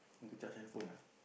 need to charge handphone ah